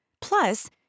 Plus